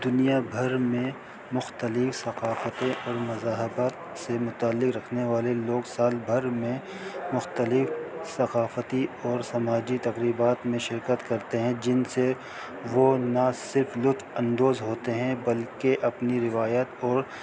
دنیا بھر میں مختلف ثقافت اور مذہبت سے متعلق رکھنے والے لوگ سال بھر میں مختلف ثقافتی اور سماجی تقریبات میں شرکت کرتے ہیں جن سے وہ نہ صرف لطف اندوز ہوتے ہیں بلکہ اپنی روایت اور